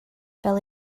fel